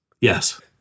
Yes